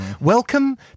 welcome